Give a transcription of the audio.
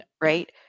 right